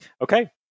Okay